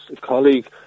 colleague